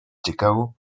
chicago